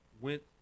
went